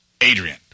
Adrian